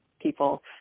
people